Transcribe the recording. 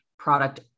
product